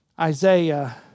Isaiah